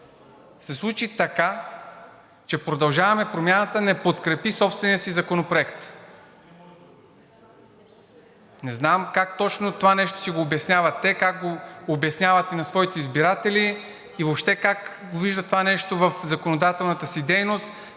се случи така, че „Продължаваме Промяната“ не подкрепи собствения си законопроект. Не знам как точно това нещо си го обясняват те, как го обясняват и на своите избиратели и въобще как виждат това нещо в законодателната си дейност